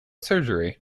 surgery